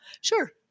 sure